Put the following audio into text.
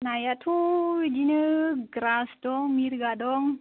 नायाथ' इदिनो ग्रास दं मिरगा दं